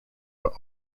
but